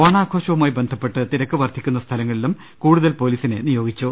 ഓണാഘോഷവുമായി ബന്ധ പ്പെട്ട് തിരക്ക് വർദ്ധിക്കുന്ന സ്ഥലങ്ങളിലും കൂടുതൽ പൊലീസിനെ നിയോ ഗിച്ചു